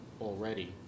already